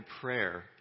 prayer